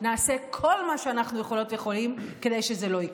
נעשה כל מה שאנחנו יכולות ויכולים כדי שזה לא יקרה.